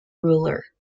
ruler